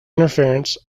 interference